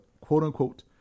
quote-unquote